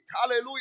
Hallelujah